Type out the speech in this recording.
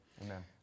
amen